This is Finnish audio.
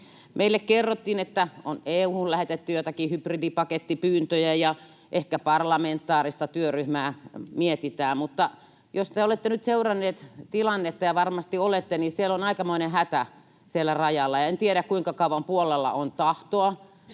Meille kerrottiin, että on EU:hun lähetetty joitakin hybridipakettipyyntöjä ja ehkä parlamentaarista työryhmää mietitään. Mutta jos te olette nyt seuranneet tilannetta — ja varmasti olette — niin siellä rajalla on aikamoinen hätä. En tiedä, kuinka kauan Puolalla on tahtoa,